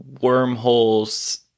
wormholes